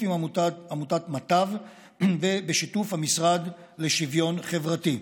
עם עמותת מטב ובשיתוף המשרד לשוויון חברתי,